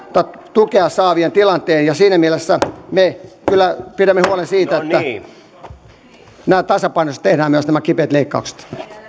tukea saavien tilanteen ja siinä mielessä me kyllä pidämme huolen siitä että tasapainoisesti tehdään myös nämä kipeät leikkaukset